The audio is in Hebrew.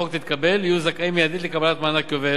החוק תתקבל יהיו זכאים מיידית לקבלת מענק יובל.